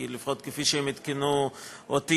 לפחות כפי שהם עדכנו אותי,